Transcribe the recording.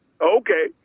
Okay